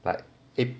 like a